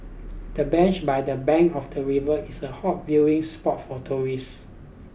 the bench by the bank of the river is a hot viewing spot for tourists